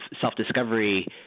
self-discovery